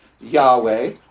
Yahweh